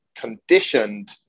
conditioned